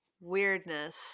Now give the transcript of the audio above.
weirdness